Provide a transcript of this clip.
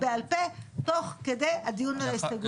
לראות אולי נצליח להבקיע פה.